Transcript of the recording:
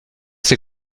ces